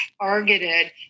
targeted